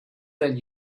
than